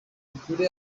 ugure